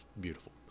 beautiful